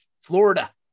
Florida